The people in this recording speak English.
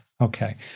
Okay